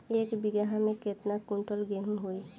एक बीगहा में केतना कुंटल गेहूं होई?